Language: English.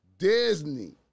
Disney